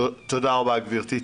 תודה רבה, גברתי.